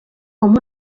com